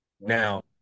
Now